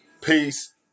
peace